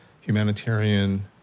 humanitarian